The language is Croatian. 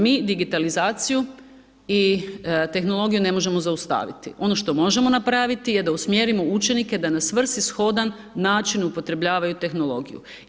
Mi digitalizaciju i tehnologiju ne možemo zaustaviti, ono što možemo napraviti je da usmjerimo učenike da na svrsishodan način upotrebljavaju tehnologiju.